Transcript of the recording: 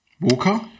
Walker